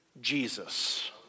Jesus